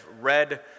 read